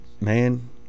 man